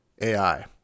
ai